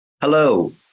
Hello